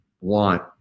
want